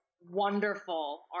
wonderful